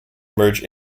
merge